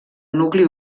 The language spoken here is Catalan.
nucli